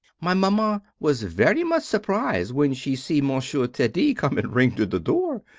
my maman was very much surprise when she see monsieur teddy come and ring to the door.